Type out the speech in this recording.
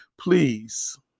please